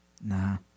Nah